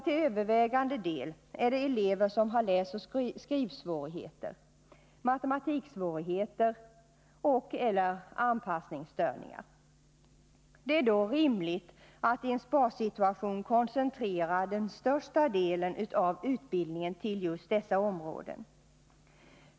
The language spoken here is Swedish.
Till övervägande del rör det sig om läsoch skrivsvårigheter, matematiksvårigheter eller anpassningsstörningar hos eleverna. Det är då rimligt att i en sparsituation koncentrera den största delen av utbildningen på just detta.